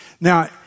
Now